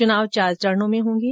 चुनाव चार चरणों में होंगे